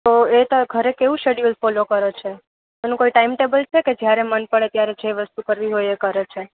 તો એ ત ઘરે કેવું શેડયુઅલ ફોલો કરે છે એનું કોઈ ટાઈમ ટેબલ છે કે જ્યારે મન પડે ત્યારે જે વસ્તુ કરવી હોય એ કરે છે